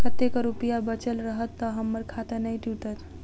कतेक रुपया बचल रहत तऽ हम्मर खाता नै टूटत?